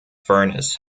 furness